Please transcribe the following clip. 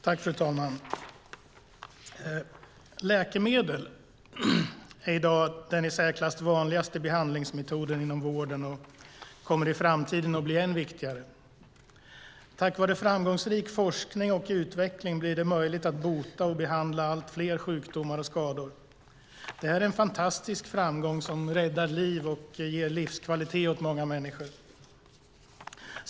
Fru talman! Läkemedel är i dag den i särklass vanligaste behandlingsmetoden inom vården och kommer i framtiden att bli än viktigare. Tack vare framgångsrik forskning och utveckling blir det möjligt att bota och behandla allt fler sjukdomar och skador. Det är en fantastisk framgång som räddar liv och ger livskvalitet åt många människor.